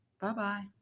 Bye-bye